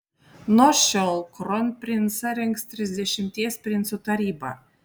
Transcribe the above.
nuo šiol kronprincą rinks trisdešimties princų taryba